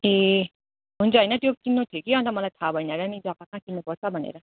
ए हुन्छ होइन त्यो किन्नु थियो कि अन्त मलाई थाहा भएन र नि जग्गा कहाँ किन्नुपर्छ भनेर